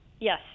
Yes